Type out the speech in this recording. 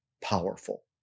powerful